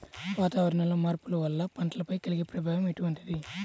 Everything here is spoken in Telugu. వాతావరణంలో మార్పుల వల్ల పంటలపై కలిగే ప్రభావం ఎటువంటిది?